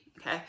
okay